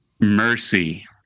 mercy